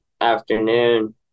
afternoon